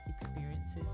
experiences